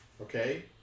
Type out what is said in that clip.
Okay